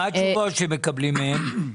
מה התשובות שמקבלים מהם?